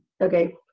Okay